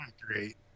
great